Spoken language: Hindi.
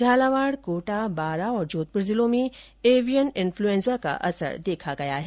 झालावाड़ कोटा बारां और जोधपुर जिलों में एवियन इन्फ्लूएन्जा का असर देखा गया है